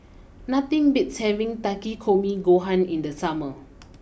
nothing beats having Takikomi Gohan in the summer